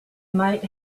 might